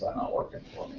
not working